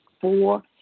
Four